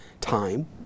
time